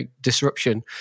disruption